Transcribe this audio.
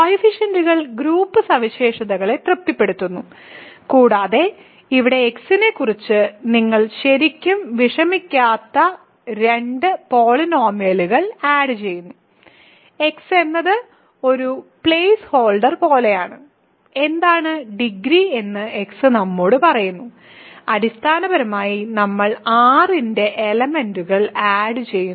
കോയിഫിഷ്യന്റുകൾ group സവിശേഷതകളെ തൃപ്തിപ്പെടുത്തുന്നു കൂടാതെ ഇവിടെ x നെക്കുറിച്ച് നിങ്ങൾ ശരിക്കും വിഷമിക്കാത്ത രണ്ട് പോളിനോമിയലുകൾ ആഡ് ചെയ്യുന്നു x എന്നത് ഒരു പ്ലേസ് ഹോൾഡർ പോലെയാണ് എന്താണ് ഡിഗ്രി എന്ന് x നമ്മോട് പറയുന്നു അടിസ്ഥാനപരമായി നമ്മൾ R ന്റെ എലെമെന്റുകൾ ആഡ് ചെയ്യുന്നു